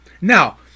Now